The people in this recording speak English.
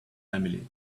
family